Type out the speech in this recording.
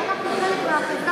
אנחנו חלק מהחברה.